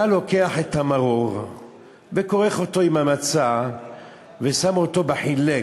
היה לוקח את המרור וכורך אותו עם המצה ושם אותו ב"חילק".